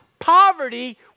poverty